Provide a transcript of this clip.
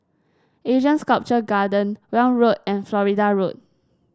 Asean Sculpture Garden Welm Road and Florida Road